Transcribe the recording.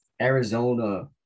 Arizona